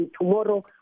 tomorrow